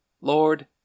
Lord